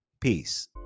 Peace